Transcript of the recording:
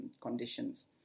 conditions